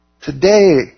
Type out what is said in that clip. Today